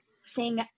sing